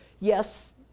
yes